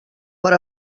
per